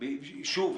שוב,